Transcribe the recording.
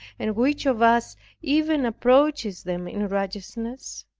and which of us even approaches them in righteousness